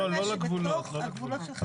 כל מה שבתוך הגבולות של חריש?